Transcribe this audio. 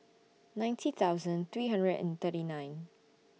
ninety thousand three hundred and thirty nine